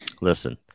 listen